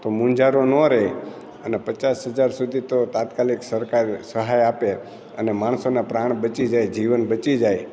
તો મુંઝારો ન રહે પચાસ હજાર સુધી તો તાત્કાલિક સરકાર સહાય આપે અને માણસોનાં પ્રાણ બચી જાય જીવન બચી જાય